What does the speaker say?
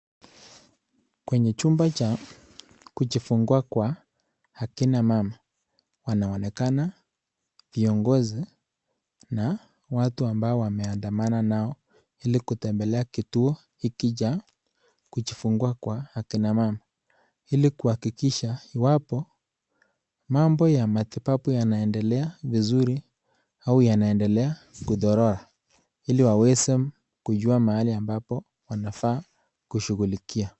Kwenye chumba cha kujifungua kwa akina mama panaonekana viongozi na watu wameandamana nao ili kutembea kwa kituo hiki. Kuhakikisha mambo ya matibabu yanaendelea vizuri, ili waweze kujua kama wanaweza shughulikia.